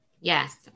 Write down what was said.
Yes